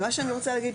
מה שאני רוצה להגיד,